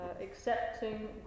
accepting